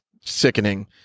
sickening